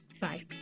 bye